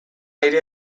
aire